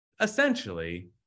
essentially